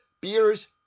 Beers